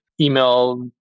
email